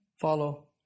follow